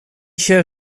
się